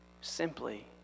simply